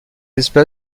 espèce